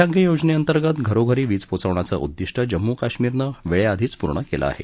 सौभाग्य योजने अंतर्गत घरोघरी वीज पोचवण्याचं उद्दीष्ट जम्मू कश्मीरनं वेळे आधीच पूर्ण केलं आहे